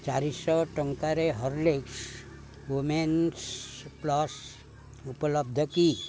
ଚାରିଶହ ଟଙ୍କାରେ Horlicks women's plus ଉପଲବ୍ଧ କି